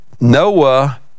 Noah